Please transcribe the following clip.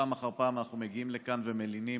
פעם אחר פעם אנחנו מגיעים לכאן ומלינים